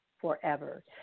forever